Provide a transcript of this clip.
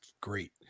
great